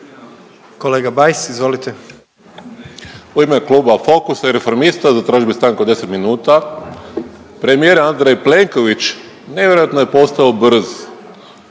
**Bajs, Damir (Fokus)** U ime kluba Fokusa i Reformista zatražio bi stanku od 10 minuta. Premijer Andrej Plenković nevjerojatno je postao brz,